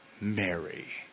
Mary